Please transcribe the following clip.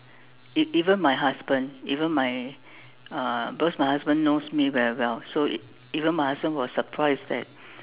e~ even my husband even my uh because my husband knows me very well so even my husband was surprised that